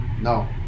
No